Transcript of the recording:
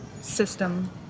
system